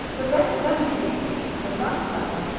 the best remedy is to eat a light supper,